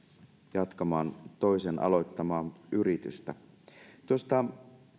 jatkamaan toisen aloittamaa yritystä tuosta